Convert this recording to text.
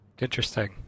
Interesting